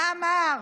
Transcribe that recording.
מה אמר